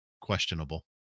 questionable